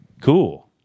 Cool